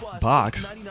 Box